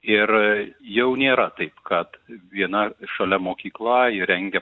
ir jau nėra taip kad viena šalia mokykla ji rengia